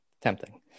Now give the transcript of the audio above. Tempting